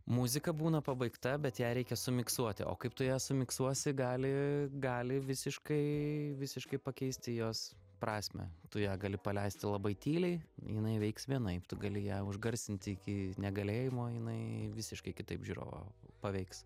muzika būna pabaigta bet ją reikia sumiksuoti o kaip tu ją sumiksuosi gali gali visiškai visiškai pakeisti jos prasmę tu ją gali paleisti labai tyliai jinai veiks vienaip tu gali ją užgarsinti iki negalėjimo jinai visiškai kitaip žiūrovą paveiks